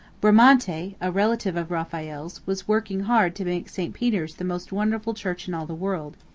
bramante, a relative of raphael's, was working hard to make st. peter's the most wonderful church in all the world.